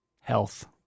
health